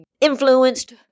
influenced